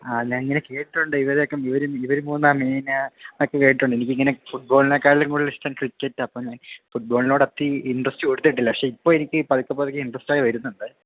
ആ ഞാൻ ഇങ്ങനെ കേട്ടിട്ടുണ്ട് ഇവരെയൊക്കെ ഇവർ ഇവർ മൂന്നുമാണ് മെയിന് എന്നൊക്കെ കേട്ടിട്ടുണ്ട് എനിക്ക് ഇങ്ങനെ ഫുട്ബോളിനെക്കാളും കൂടുതലിഷ്ടം ക്രിക്കറ്റാണ് അപ്പം ഫുട്ബോളിനോട് അത്രയും ഇൻ്ററസ്റ്റ് കൊടുത്തിട്ടില്ല പക്ഷെ ഇപ്പോൾ എനിക്ക് പതുക്കെ പതുക്കെ ഇൻ്ററസ്റ്റ് ആയി വരുന്നുണ്ട്